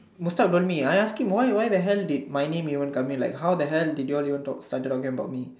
Mustad told me I asked him why why the hell did my name even come in like how the hell did you all talk started talking about me